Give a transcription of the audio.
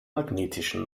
magnetischen